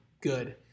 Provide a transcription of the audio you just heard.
good